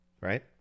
Right